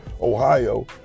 Ohio